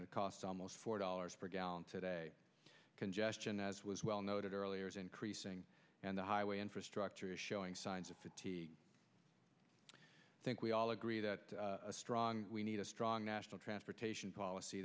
it cost almost four dollars per gallon today congestion as was well noted earlier is increasing and the highway infrastructure is showing signs of fatigue i think we all agree that a strong we need a strong national transportation policy